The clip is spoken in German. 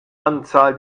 anzahl